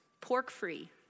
pork-free